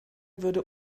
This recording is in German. würde